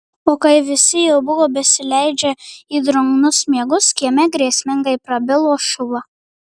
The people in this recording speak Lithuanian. o kai visi jau buvo besileidžią į drungnus miegus kieme grėsmingai prabilo šuva